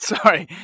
Sorry